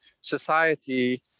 society